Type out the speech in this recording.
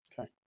Okay